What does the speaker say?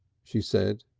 she said.